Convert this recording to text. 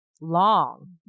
long